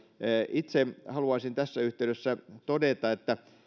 itse haluaisin tässä yhteydessä todeta että